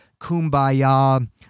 kumbaya